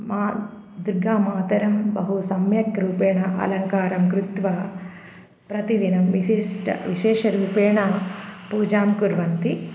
मा दुर्गामातरं बहु सम्यक् रूपेण अलङ्कारं कृत्वा प्रतिदिनं विशिष्टं विशेषरूपेण पूजां कुर्वन्ति